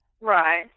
Right